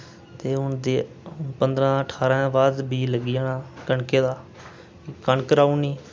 ते हून ते पंदरां ठारां दे बाद बी लग्गी जाना कनके दा कनक राई ओड़नी